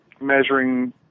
measuring